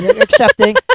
Accepting